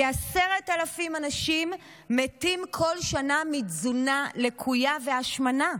כ-10,000 אנשים מתים כל שנה מתזונה לקויה והשמנה.